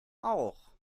auch